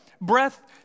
breath